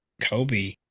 Kobe